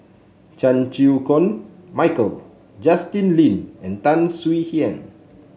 Chan Chew Koon Michael Justin Lean and Tan Swie Hian